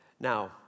Now